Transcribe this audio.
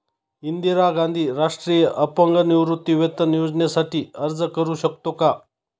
इंदिरा गांधी राष्ट्रीय अपंग निवृत्तीवेतन योजनेसाठी अर्ज करू शकतो का?